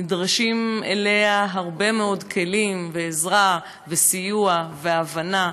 נדרשים אליה הרבה מאוד כלים, עזרה, סיוע והבנה,